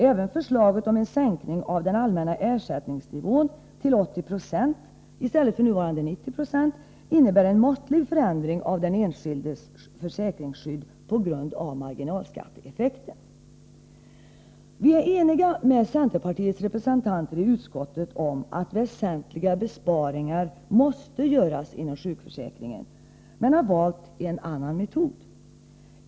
Även förslaget om en sänkning av den allmänna ersättningsnivån till 80 26 i stället för nuvarande 90 96 innebär på grund av marginalskatteeffekten en måttlig förändring av den enskildes försäkringsskydd. Vi är eniga med centerpartiets representanter i utskottet om att väsentliga besparingar måste göras inom sjukförsäkringen, men vi har valt en annan metod.